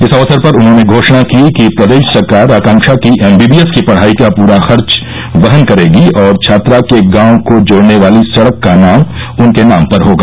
इस अवसर पर उन्होनें घोषणा की कि प्रदेश सरकार आकांक्षा की एमबीबीएस की पढ़ाई का पूरा खर्च वहन करेगी और छात्रा के गांव को जोड़ने वाली सड़क का नाम उनके नाम पर होगा